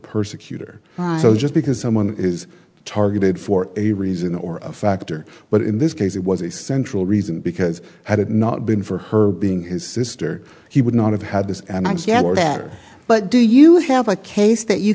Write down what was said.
persecutor so just because someone is targeted for a reason or a factor but in this case it was a central reason because had it not been for her being his sister he would not have had this but do you have a case that you